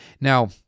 Now